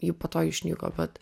ji po to išnyko bet